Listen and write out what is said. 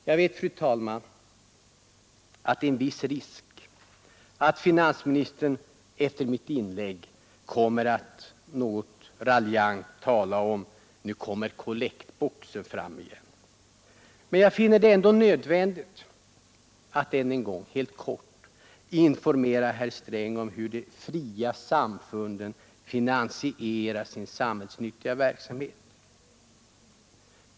Jag vet, fru talman, att det finns en viss risk för att finansministern efter mitt inlägg något raljant kommer att a att nu kommer kollektboxen fram igen. Men jag finner det ändå nödvändigt att än en gång helt kort informera herr Sträng om hur de fria samfunden finansierar sin samhällsnyttiga verksamhet.